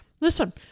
Listen